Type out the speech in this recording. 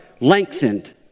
lengthened